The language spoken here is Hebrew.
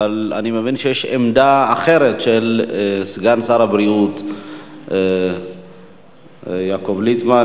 אבל אני מבין שיש עמדה אחרת של סגן שר הבריאות יעקב ליצמן,